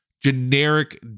generic